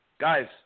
Guys